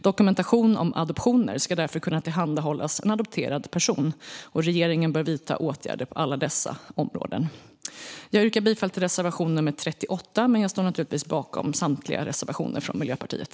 Dokumentation om adoptioner ska därför kunna tillhandahållas en adopterad person. Regeringen bör vidta åtgärder på alla dessa områden. Jag yrkar bifall till reservation nummer 38, men jag står naturligtvis bakom samtliga reservationer från Miljöpartiet.